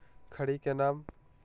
खड़ी के नाम?